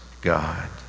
God